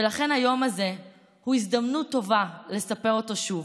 ולכן היום הזה הוא הזדמנות טובה לספר אותו שוב,